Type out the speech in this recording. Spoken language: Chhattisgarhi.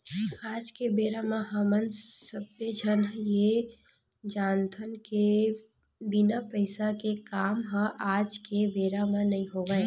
आज के बेरा म हमन सब्बे झन ये जानथन के बिना पइसा के काम ह आज के बेरा म नइ होवय